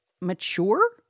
mature